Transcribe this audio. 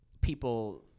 people